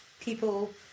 people